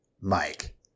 Mike